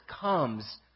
comes